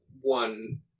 one